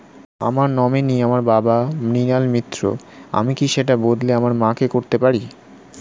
আমার নমিনি আমার বাবা, মৃণাল মিত্র, আমি কি সেটা বদলে আমার মা কে করতে পারি?